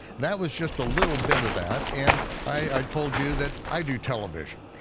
that was just a little bit of that. and i told you that i do television,